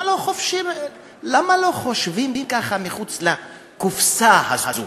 למה לא חושבים מחוץ לקופסה הזאת,